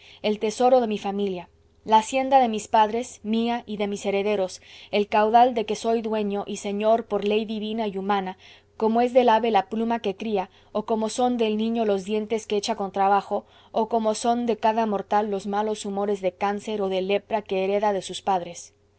el tesoro de mi familia la hacienda de mis padres mía y de mis herederos el caudal de que soy dueño y señor por ley divina y humana como es del ave la pluma que cría o como son del niño los dientes que echa con trabajo o como son de cada mortal los malos humores de cáncer o de lepra que hereda de sus padres